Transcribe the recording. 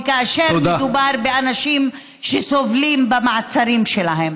וכאשר מדובר באנשים שסובלים במעצרים שלהם.